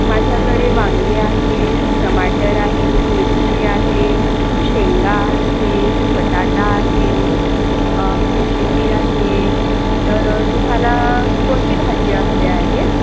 माझ्याकडे वांगी आहे टमाटर आहे मिरची आहे शेंगा आहे बटाटा आहे कोशिंबीर आहे तर तुम्हाला कोणती भाज्या हव्या आहेत